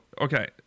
okay